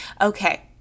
Okay